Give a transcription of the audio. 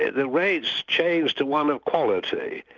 the race changed to one of quality.